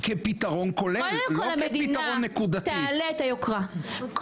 קודם כל המדינה תעלה את היוקרה,